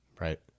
Right